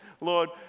Lord